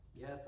Yes